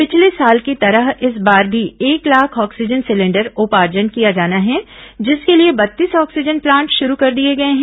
पिछले साल की तरह इस बार भी एक लाख ऑक्सीजन सिलेंडर उपार्जन किया जाना है जिसके लिए बत्तीस ऑक्सीजन प्लांट शुरू कर दिए गए हैं